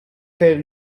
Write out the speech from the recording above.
per